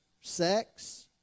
sex